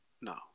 no